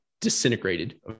disintegrated